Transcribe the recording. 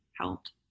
helped